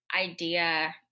idea